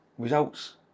Results